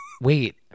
wait